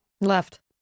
Left